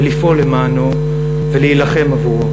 ולפעול למענו, ולהילחם עבורו.